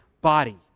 body